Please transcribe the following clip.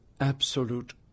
absolute